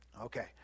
Okay